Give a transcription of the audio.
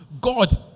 God